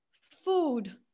Food